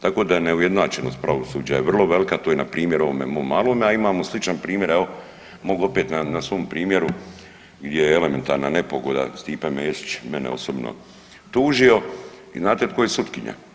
Tako da je neujednačenost pravosuđa je vrlo velika, to je na primjer ovom mom malome, a imamo sličan primjer, evo, mogu opet na svom primjeru gdje je elementarna nepogoda Stipe Mesić mene osobno tužio i znate tko je sutkinja?